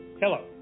Hello